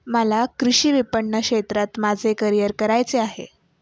मला कृषी विपणन क्षेत्रात माझे करिअर करायचे आहे